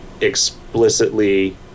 explicitly